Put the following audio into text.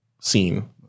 scene